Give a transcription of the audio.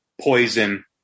Poison